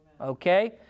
Okay